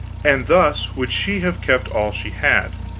and thus would she have kept all she had.